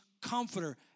comforter